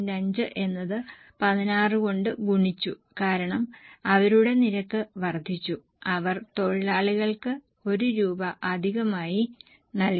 5 എന്നത് 16 കൊണ്ട് ഗുണിച്ചു കാരണം അവരുടെ നിരക്ക് വർദ്ധിച്ചു അവർ തൊഴിലാളികൾക്ക് 1 രൂപ അധികമായി നൽകി